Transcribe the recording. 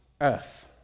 earth